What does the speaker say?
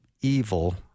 evil